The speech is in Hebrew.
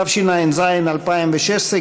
התשע"ז 2016,